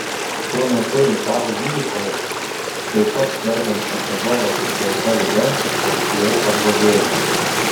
tuo metu italų gydytojo taip pat sergančio ebolos sukelta liga būklė pablogėjo